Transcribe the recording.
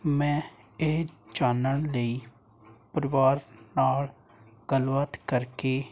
ਮੈਂ ਇਹ ਜਾਣਨ ਲਈ ਪਰਿਵਾਰ ਨਾਲ ਗੱਲਬਾਤ ਕਰਕੇ